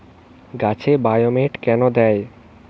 গাছে বায়োমেট কেন দেয়?